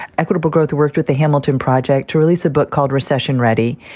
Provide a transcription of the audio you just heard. equitable growth worked with the hamilton project to release a book called recession ready,